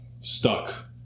stuck